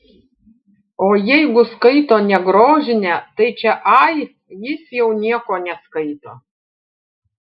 o jeigu skaito ne grožinę tai čia ai jis jau nieko neskaito